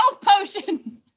potion